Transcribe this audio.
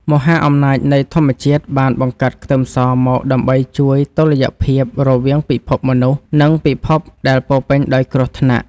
មហាអំណាចនៃធម្មជាតិបានបង្កើតខ្ទឹមសមកដើម្បីជួយតុល្យភាពរវាងពិភពមនុស្សនិងពិភពដែលពោរពេញដោយគ្រោះថ្នាក់។